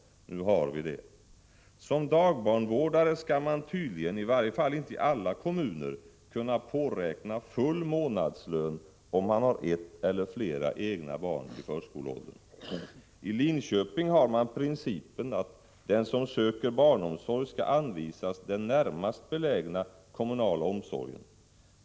Nu har vi det. Som dagbarnvårdare skall man tydligen, i varje fall inte i alla kommuner, kunna påräkna full månadslön om man har ett eller flera egna barn i förskoleåldern. I Linköping har man den principen att den som söker barnomsorg skall anvisas den närmast belägna kommunala omsorgen.